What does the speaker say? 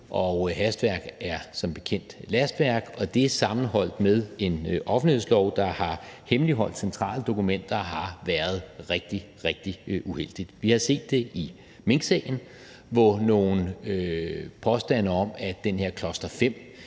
og hastværk er som bekendt lastværk, og det sammenholdt med en offentlighedslov, der har hemmeligholdt centrale dokumenter, har været rigtig, rigtig uheldigt. Vi har set det i minksagen, hvor der var nogle påstande om, at den her cluster-5